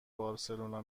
بارسلونا